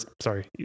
sorry